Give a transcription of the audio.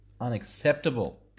unacceptable